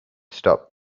stop